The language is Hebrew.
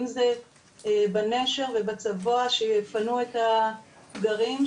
אם זה בנשר ובצבוע שיפנו את הפגרים,